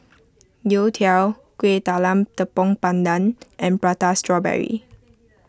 Youtiao Kueh Talam Tepong Pandan and Prata Strawberry